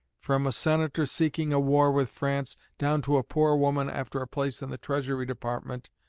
from a senator seeking a war with france down to a poor woman after a place in the treasury department,